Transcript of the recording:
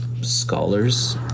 scholars